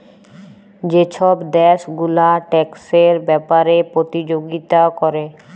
যে ছব দ্যাশ গুলা ট্যাক্সের ব্যাপারে পতিযগিতা ক্যরে